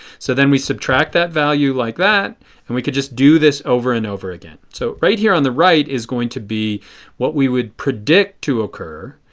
so then we subtract that value like that and we could just do this over and over again. so right here on the right is going to be what we would predict to occur.